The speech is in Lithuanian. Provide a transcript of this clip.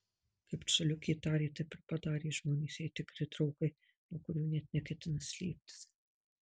kaip coliukė tarė taip ir padarė žmonės jai tikri draugai nuo kurių net neketina slėptis